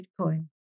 Bitcoin